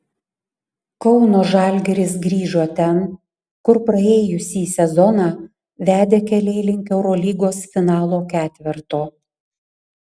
kauno žalgiris grįžo ten kur praėjusį sezoną vedė keliai link eurolygos finalo ketverto